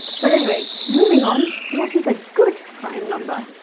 but anyway, moving on, what is a good prime number?